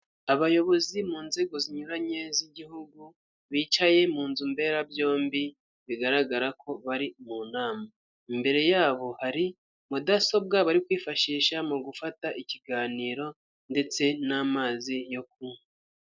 Abayobozi mu nzego zinyuranye z'igihugu bicaye mu nzu mberabyombi bigaragara ko bari mu nama, imbere yabo hari mudasobwa bari kwifashisha mu gufata ikiganiro ndetse n'amazi yo kunywa.